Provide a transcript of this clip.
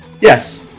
Yes